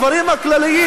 הדברים הכלליים,